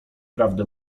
prawdę